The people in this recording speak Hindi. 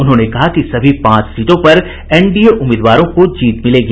उन्होंने कहा कि सभी पांच सीटों पर एनडीए उम्मीदवारों को जीत मिलेगी